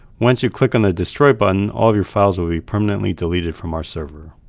once you click on the destroy button all your files will be permanently deleted from our server.